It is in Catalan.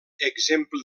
exemple